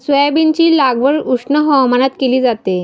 सोयाबीनची लागवड उष्ण हवामानात केली जाते